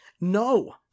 No